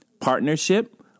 partnership